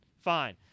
fine